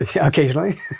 Occasionally